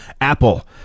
Apple